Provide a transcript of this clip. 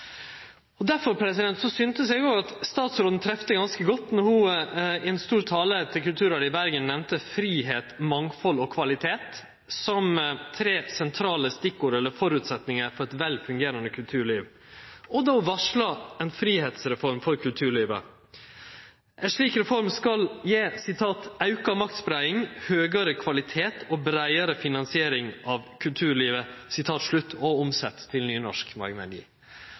Derfor syntes eg òg at statsråden trefte ganske godt då ho i ein stor tale til Kulturrådet i Bergen nemnde «frihet, mangfold og kvalitet» som tre sentrale stikkord, eller føresetnader, for eit velfungerande kulturliv – og då ho varsla ei fridomsreform for kulturlivet. Ei slik reform skal gje «auka maktspreiing, høgare kvalitet og breiare finansiering av kulturlivet». Sitatet er omsett til